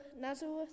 Nazareth